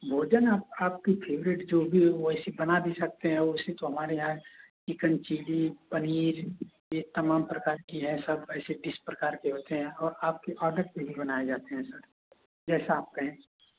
भोजन अब आप आपका फेवरेट जो भी हो वैसे बना भी सकते हैं वैसे तो हमारे यहाँ चिकन चिली पनीर यह तमाम प्रकार की है सब ऐसी तीस प्रकार के होते हैं और आपके ऑर्डर पर ही बनाए जाते हैं सर जैसा आप कहें